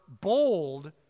bold